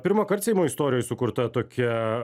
pirmąkart seimo istorijoje sukurta tokia